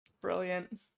Brilliant